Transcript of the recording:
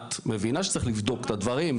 את מבינה שצריך לבדוק את הדברים.